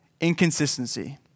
inconsistency